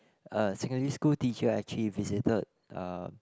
uh secondary school teacher actually visited uh